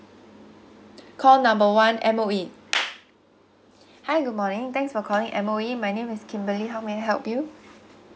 call number one M _O_E hi good morning thanks for calling M_O_E my name is kimberly how may I help you